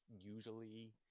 usually